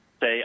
say